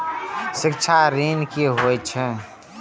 शिक्षा ऋण की होय छै?